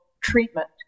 treatment